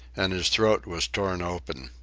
and his throat was torn open.